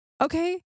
okay